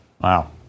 Wow